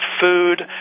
food